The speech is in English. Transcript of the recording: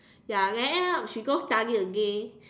ya then end up she go study again